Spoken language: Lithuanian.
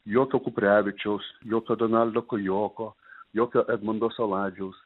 jokio kuprevičiaus jokio donaldo kajoko jokio edmundo saladžiaus